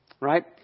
right